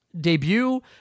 debut